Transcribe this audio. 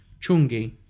Chungi